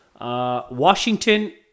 Washington